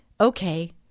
okay